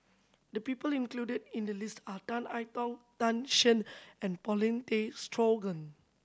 the people included in the list are Tan I Tong Tan Shen and Paulin Tay Straughan